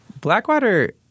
Blackwater